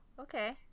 okay